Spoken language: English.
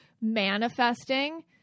Manifesting